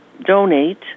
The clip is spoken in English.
donate